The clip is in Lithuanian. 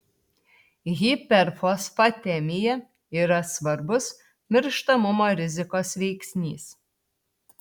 hiperfosfatemija yra svarbus mirštamumo rizikos veiksnys